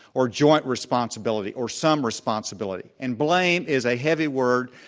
or joint responsibility, or some responsibility. and blame is a heavy word,